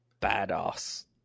badass